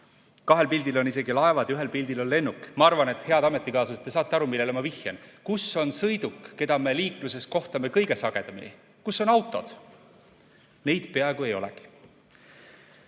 Kahel pildil on isegi laevad ja ühel pildil lennuk. Ma arvan, head ametikaaslased, et te saate aru, millele ma vihjan: kus on sõiduk, mida me liikluses kohtame kõige sagedamini – kus on autod? Neid peaaegu ei olegi.